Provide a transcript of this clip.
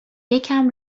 یکم